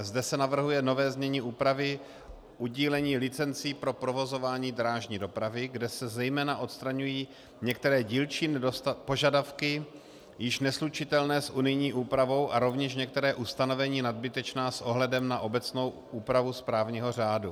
Zde se navrhuje nové znění úpravy udílení licencí pro provozování drážní dopravy, kde se zejména odstraňují některé dílčí požadavky již neslučitelné s unijní úpravou a rovněž některá ustanovení nadbytečná s ohledem na obecnou úpravu správního řádu.